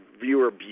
viewer